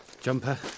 Jumper